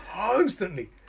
constantly